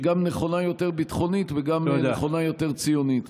גם נכונה יותר ביטחונית וגם נכונה יותר ציונית.